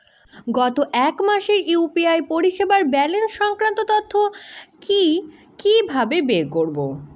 গত এক মাসের ইউ.পি.আই পরিষেবার ব্যালান্স সংক্রান্ত তথ্য কি কিভাবে বের করব?